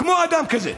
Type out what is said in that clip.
כמו אדם כזה?